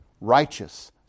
righteous